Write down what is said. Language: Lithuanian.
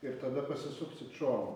ir tada pasisuksit šonu